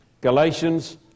Galatians